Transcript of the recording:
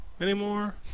anymore